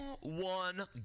one